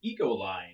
Ecoline